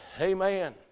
Amen